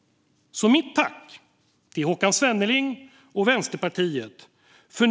Så mitt tack till Håkan Svenneling och Vänsterpartiet.